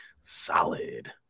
solid